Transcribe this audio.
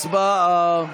הצבעה.